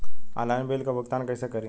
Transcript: Online bill क भुगतान कईसे करी?